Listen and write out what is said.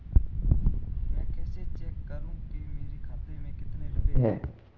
मैं कैसे चेक करूं कि मेरे खाते में कितने रुपए हैं?